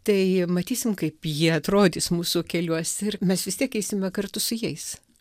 tai matysim kaip jie atrodys mūsų keliuose ir mes vis tiek eisime kartu su jais